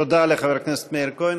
תודה לחבר הכנסת מאיר כהן.